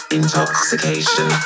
intoxication